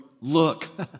look